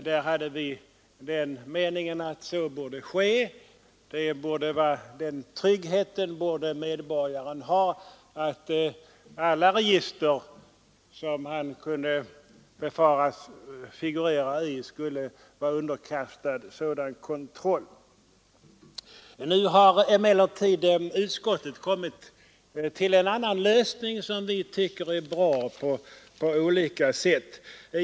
Vi hade den meningen att de borde vara det. Medborgaren borde ha den tryggheten att alla register som han kunde befaras figurera i skulle vara underkastade sådan kontroll. Nu har emellertid utskottet kommit fram till en annan lösning, som vi tycker är bra.